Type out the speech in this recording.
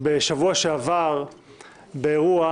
בשבוע שעבר באירוע